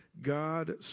God